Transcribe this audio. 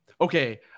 Okay